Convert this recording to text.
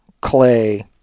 Clay